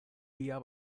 tia